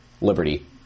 liberty